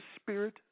spirit